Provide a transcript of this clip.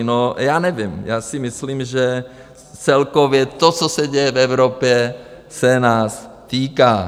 No, já nevím, já si myslím, že celkově to, co se děje v Evropě, se nás týká.